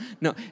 No